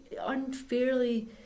unfairly